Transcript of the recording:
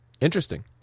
Interesting